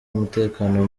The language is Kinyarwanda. umutekano